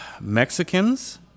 Mexicans